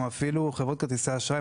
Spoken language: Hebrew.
או אפילו חברות כרטיסי אשראי,